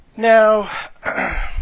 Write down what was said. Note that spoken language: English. Now